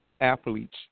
athletes